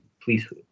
please